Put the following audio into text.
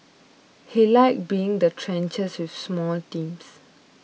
he liked being in the trenches with small teams